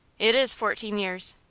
it is fourteen years.